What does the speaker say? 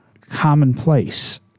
commonplace